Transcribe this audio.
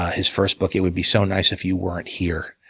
his first book, it would be so nice if you weren't here,